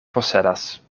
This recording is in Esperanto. posedas